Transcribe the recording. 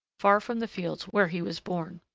far from the fields where he was born.